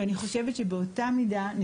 ואני חושבת שבאות המידה,